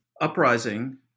uprising